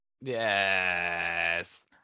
Yes